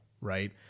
right